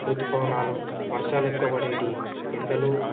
ఋతుపవనాలు వర్షాలు ఎక్కువ పడేవి ఎండలు